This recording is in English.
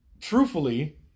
truthfully